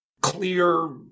clear